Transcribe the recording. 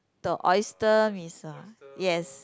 the oyster-Mee-Sua yes